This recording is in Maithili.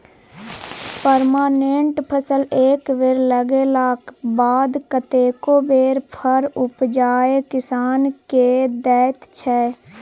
परमानेंट फसल एक बेर लगेलाक बाद कतेको बेर फर उपजाए किसान केँ दैत छै